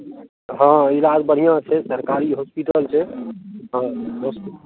हँ इलाज बढ़िआँ छै सरकारी होस्पिटल छै हँ हॉस्पिटल